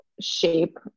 shape